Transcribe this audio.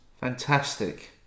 Fantastic